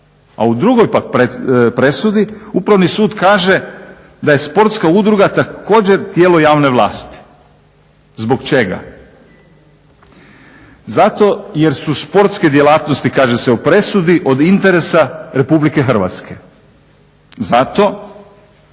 A u drugoj pak presudi Upravni sud kaže da je sportska udruga također tijelo javne vlasti. Zbog čega? Zato jer su sportske djelatnosti kaže se u presudi od interesa Republike Hrvatske. Zato